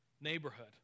neighborhood